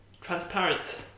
transparent